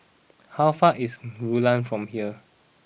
how far away is Rulang from here